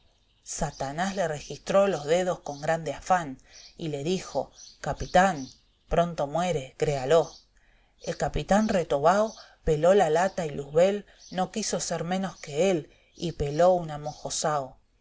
satanás le registró los dedos con grande afán y le dijo capitán pronto muere créalo el capitán retobao peló la lata y luzbeíl no quiso ser menos qu-e él y peló un amojosao